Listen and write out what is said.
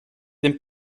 den